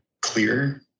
clear